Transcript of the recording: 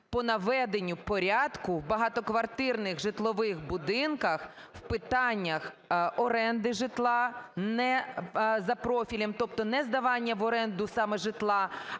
по наведенню порядку в багатоквартирних житлових будинках в питаннях оренди житла не за профілем, тобто не здавання в оренду саме житла,